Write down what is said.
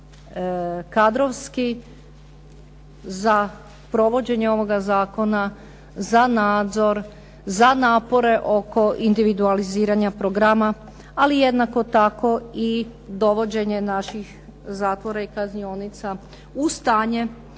kadrovski za provođenje ovoga zakona, za nadzor, za napore oko individualiziranja programa. Ali jednako i dovođenje naših zatvora i kaznionica u stanje